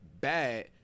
bad